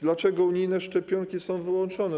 Dlaczego unijne szczepionki są wyłączone?